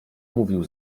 mówił